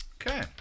Okay